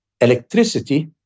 electricity